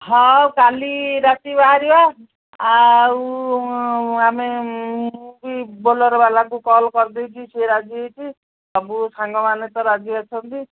ହଁ କାଲି ରାତି ବାହାରିବା ଆଉ ଆମେ ମୁଁ ବି ବୋଲେରୋ ବାଲାଙ୍କୁ କଲ୍ କରିଦେଇଛି ସିଏ ରାଜି ହୋଇଛି ସବୁ ସାଙ୍ଗମାନେ ତ ରାଜି ଅଛନ୍ତି